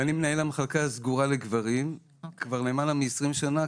ואני מנהל המחלקה הסגורה לגברים כבר למעלה מ-20 שנה,